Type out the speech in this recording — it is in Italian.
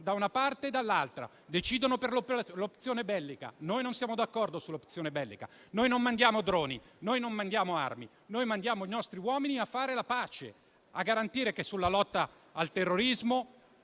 da una parte e dall'altra. Decidono per l'opzione bellica. Noi non siamo d'accordo sull'opzione bellica. Noi non mandiamo droni. Noi non mandiamo armi. Noi mandiamo i nostri uomini a fare la pace, a garantire che sulla lotta al terrorismo